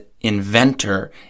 inventor